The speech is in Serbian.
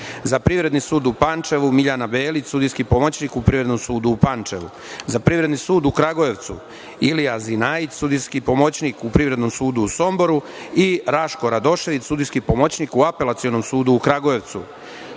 Za Privredni sud u Pančevu – Miljana Belić, sudijski pomoćnik u Privrednom sudu u Pančevu. Za Privredni sud u Kragujevcu – Ilija Zinajić, sudijski pomoćnik u Privrednom sudu u Somboru i Raško Radošević, sudijski pomoćnik u Apelacionom sudu u Kragujevcu.